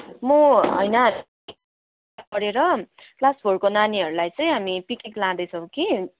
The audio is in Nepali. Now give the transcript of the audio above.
म होइन क्लास फोरको नानीहरूलाई चाहिँ हामी पिक्निक लाँदैछौँ कि